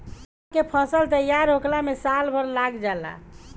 अरहर के फसल तईयार होखला में साल भर लाग जाला